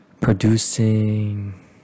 producing